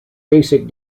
basic